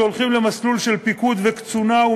שהולכים למסלול של פיקוד וקצונה,